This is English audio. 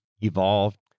evolved